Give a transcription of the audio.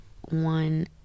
one